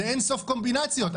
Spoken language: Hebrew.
זה אינסוף קומבינציות,